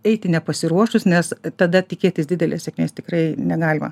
eiti nepasiruošus nes tada tikėtis didelės sėkmės tikrai negalima